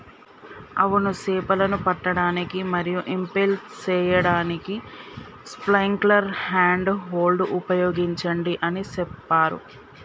అవును సేపలను పట్టడానికి మరియు ఇంపెల్ సేయడానికి స్పైక్లతో హ్యాండ్ హోల్డ్ ఉపయోగించండి అని సెప్పారు